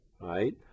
right